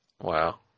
Wow